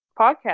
podcast